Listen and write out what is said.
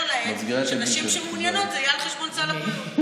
לנשים שמעוניינות שזה יהיה על חשבון סל הבריאות.